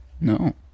No